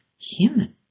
human